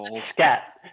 scat